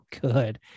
good